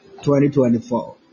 2024